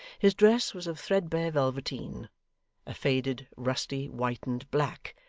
his dress was of threadbare velveteen a faded, rusty, whitened black,